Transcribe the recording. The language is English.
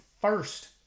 first